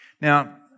Now